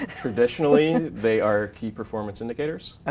ah traditionally, they are key performance indicators. ah